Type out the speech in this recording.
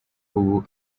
ubu